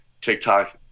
TikTok